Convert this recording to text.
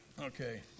Okay